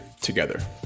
together